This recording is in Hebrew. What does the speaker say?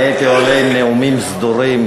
אני הייתי עולה עם נאומים סדורים,